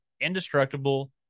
indestructible